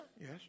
Yes